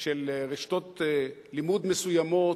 של רשתות לימוד מסוימות,